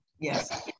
Yes